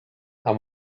and